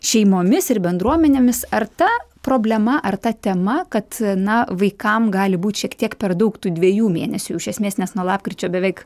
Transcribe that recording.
šeimomis ir bendruomenėmis ar ta problema ar ta tema kad na vaikam gali būt šiek tiek per daug tų dviejų mėnesių iš esmės nes nuo lapkričio beveik